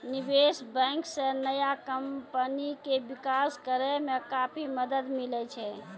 निबेश बेंक से नया कमपनी के बिकास करेय मे काफी मदद मिले छै